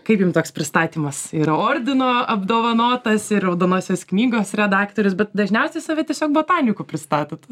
kaip jum toks pristatymas yra ordino apdovanotas ir raudonosios knygos redaktorius bet dažniausiai save tiesiog botaniku pristatot